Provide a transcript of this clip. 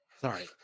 Sorry